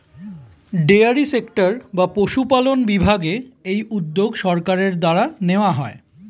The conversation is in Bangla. ডেয়ারি সেক্টর বা পশুপালন বিভাগে এই উদ্যোগ সরকারের দ্বারা নেওয়া হয়